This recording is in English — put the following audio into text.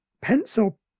pencil